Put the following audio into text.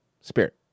Spirit